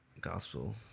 Gospel